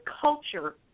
culture